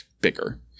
bigger